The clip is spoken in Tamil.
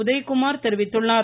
உதயகுமார் தெரிவித்துள்ளார்